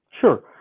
Sure